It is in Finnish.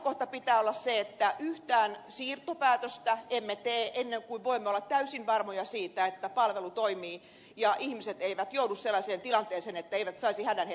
lähtökohtana pitää olla se että yhtään siirtopäätöstä emme tee ennen kuin voimme olla täysin varmoja siitä että palvelu toimii ja ihmiset eivät joudu sellaiseen tilanteeseen että eivät saisi hädän hetkellä apua